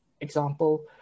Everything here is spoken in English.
example